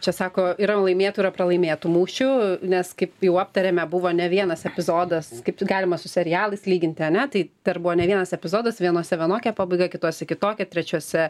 čia sako yra laimėtų ir pralaimėtų mūšių nes kaip jau aptarėme buvo ne vienas epizodas kaip tik galima su serialais lyginti ane tai dar buvo ne vienas epizodas vienose vienokia pabaiga kituose kitokia trečiose